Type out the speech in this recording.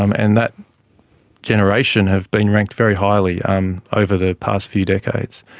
um and that generation has been ranked very highly um over the past few decades.